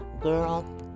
girl